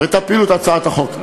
ותפילו את הצעת החוק.